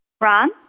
Ron